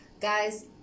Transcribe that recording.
Guys